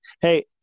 Hey